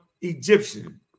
Egyptian